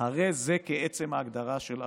הרי זה כעצם ההגדרה של עריצות".